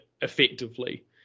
effectively